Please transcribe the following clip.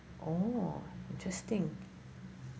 oh interesting